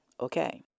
okay